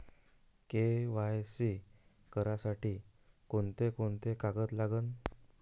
KYC करासाठी कोंते कोंते कागद लागन?